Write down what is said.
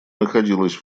находилась